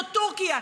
הוא טורקיה.